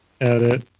edit